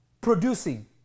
producing